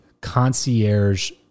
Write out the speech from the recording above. concierge